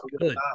good